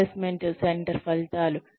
assessment centre ఫలితాలు